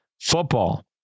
football